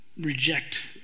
reject